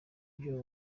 buryo